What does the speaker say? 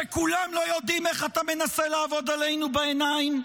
שכולם לא יודעים איך אתה מנסה לעבוד עלינו בעיניים?